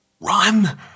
Run